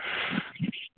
हँ ठीक छै